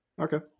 Okay